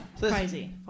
Crazy